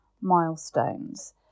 milestones